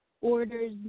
orders